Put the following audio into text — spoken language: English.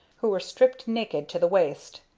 who were stripped naked to the waist.